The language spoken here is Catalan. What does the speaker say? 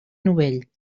novell